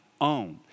own